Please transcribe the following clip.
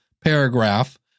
paragraph